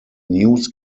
news